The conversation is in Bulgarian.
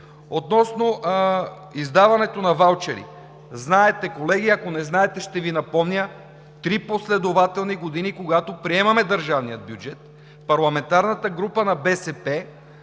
Относно издаването на ваучери. Знаете, колеги, ако не знаете, ще Ви напомня – три последователни години, когато приемаме държавния бюджет, от парламентарната група на БСП